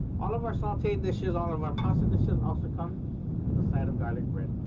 all of our sauteed dishes, all of our pasta dishes also come with a side of garlic bread.